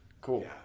cool